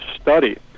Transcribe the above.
study